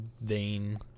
vein